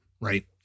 Right